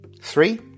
three